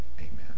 Amen